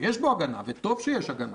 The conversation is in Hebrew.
יש לו הגנה, וטוב שיש הגנה,